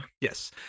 Yes